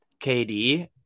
KD